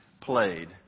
played